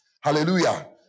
Hallelujah